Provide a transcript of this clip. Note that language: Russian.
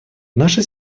наша